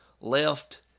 left